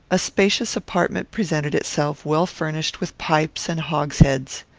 a spacious apartment presented itself, well furnished with pipes and hogsheads.